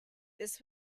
this